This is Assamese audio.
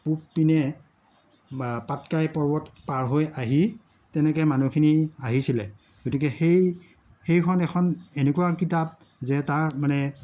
পূবপিনে বা পাটকাই পৰ্বত পাৰ হৈ আহি তেনেকে মানুহখিনি আহিছিলে গতিকে সেই সেইখন এখন এনেকুৱা কিতাপ যে তাৰ মানে